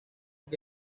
que